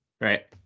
right